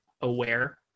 aware